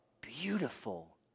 beautiful